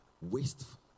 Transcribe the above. wasteful